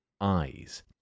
eyes